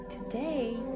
Today